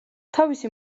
თავისი